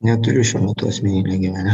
neturiu šiuo metu asmeninio gyvenimo